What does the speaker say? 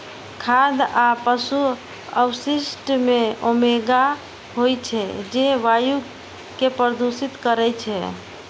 खाद आ पशु अवशिष्ट मे अमोनिया होइ छै, जे वायु कें प्रदूषित करै छै